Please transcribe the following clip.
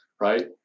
right